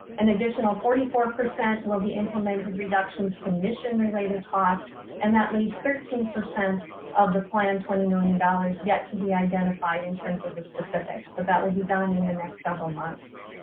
an additional forty four percent will be implemented reductions to mission related costs and that leaves thirteen percent of the plan, twenty million dollars, yet to be identified in terms of the specifics. so that will be done in the next several months.